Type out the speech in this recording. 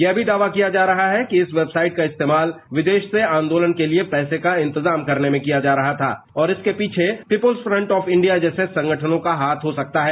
यह भी दावा किया जा रहा है कि इस वेबसाइट का इस्तेमाल विदेश से आंदोलन के लिए पैसे का इंतजाम करने में किया जा रहा था और इसके पीछे पीपुल्स फ्रंट ऑफ इंडिया जैसे संगठन संगठनों का हाथ हो सकता है